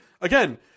again